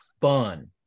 fun